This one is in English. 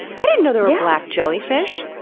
i didn't know there were yeah black jellyfish.